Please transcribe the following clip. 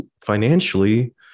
financially